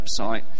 website